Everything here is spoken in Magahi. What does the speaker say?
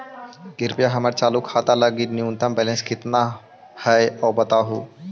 कृपया हमर चालू खाता लगी न्यूनतम बैलेंस कितना हई ऊ बतावहुं